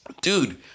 Dude